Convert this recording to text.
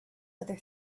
other